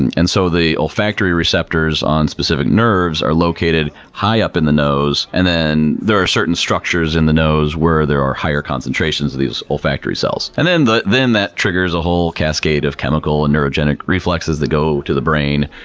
and and so, the olfactory receptors on specific nerves are located high up in the nose. and then there are certain structures in the nose where there are higher concentrations of these olfactory cells. and then that triggers a whole cascade of chemical and neurogenic reflexes that go to the brain.